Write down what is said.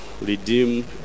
redeem